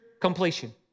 completion